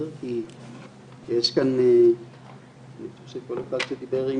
אני חושב שכל אחד שדיבר,